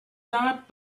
not